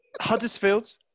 Huddersfield